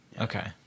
okay